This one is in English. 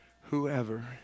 whoever